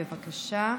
בבקשה,